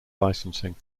licensing